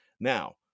Now